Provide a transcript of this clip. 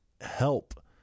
help